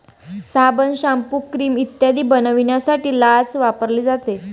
साबण, shampoo, cream इत्यादी बनवण्यासाठी लाच वापरली जाते